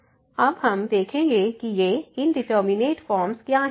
हम अब देखेंगे कि ये इंडिटरमिनेट फॉर्म्स क्या हैं